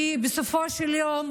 כי בסופו של יום